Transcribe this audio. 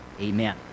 Amen